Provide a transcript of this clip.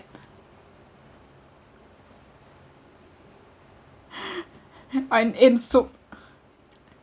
wine in soup